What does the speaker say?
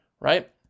right